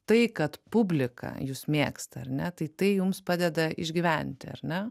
tai kad publika jus mėgsta ar ne tai tai jums padeda išgyventi ar ne